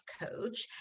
coach